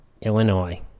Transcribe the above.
Illinois